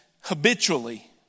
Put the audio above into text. habitually